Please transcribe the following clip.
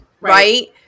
Right